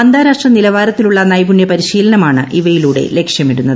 അന്താരാഷ്ട്ര നിലവാരത്തിലുള്ള നൈപുണ്യ പരിശീലനമാണ് ഇവയിലൂടെ ലക്ഷ്യമിടുന്നത്